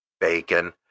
Bacon